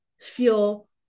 feel